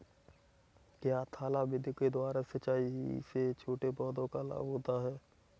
क्या थाला विधि के द्वारा सिंचाई से छोटे पौधों को लाभ होता है?